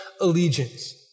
allegiance